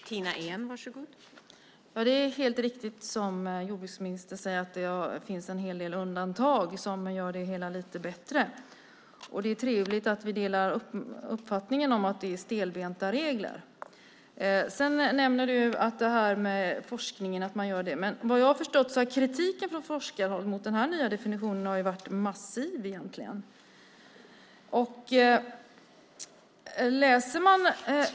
Fru talman! Det är helt riktigt, som jordbruksministern säger, att det finns en hel del undantag som gör det hela lite bättre. Det är trevligt att vi delar uppfattningen om att det är stelbenta regler. Sedan nämner du det här med forskningen. Men vad jag förstår har kritiken från forskarhåll mot den här nya definitionen egentligen varit massiv.